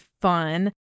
fun